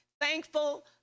thankful